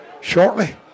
shortly